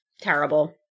terrible